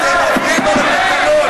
אתם עוברים על התקנון.